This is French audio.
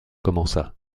commença